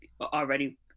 already